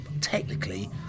technically